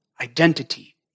identity